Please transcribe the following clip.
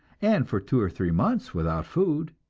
and for two or three months without food,